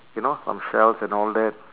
you know some shells and all that